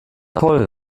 toll